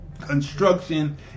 construction